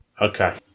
Okay